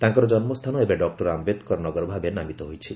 ତାଙ୍କର ଜନ୍ମସ୍ଥାନ ଏବେ ଡକ୍ଟର ଆୟେଦକର ନଗର ଭାବେ ନାମିତ ହୋଇଛି